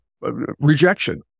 rejection